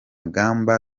ngamba